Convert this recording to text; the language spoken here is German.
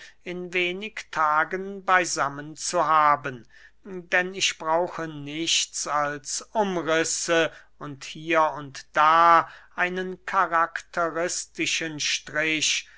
in wenig tagen beysammen zu haben denn ich brauche nichts als umrisse und hier und da einen karakteristischen strich